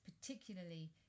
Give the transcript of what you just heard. particularly